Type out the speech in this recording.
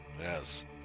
Yes